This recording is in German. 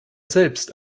selbst